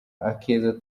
akeza